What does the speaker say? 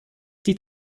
die